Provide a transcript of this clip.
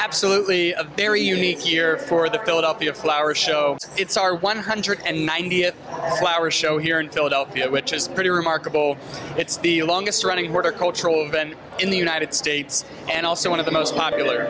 absolutely a very unique year for the philadelphia flower show it's our one hundred and ninety eight that's why our show here in philadelphia which is pretty remarkable it's the longest running water cultural event in the united states and also one of the most popular